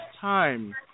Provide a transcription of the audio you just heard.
time